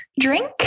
drink